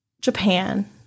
Japan